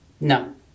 No